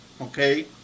okay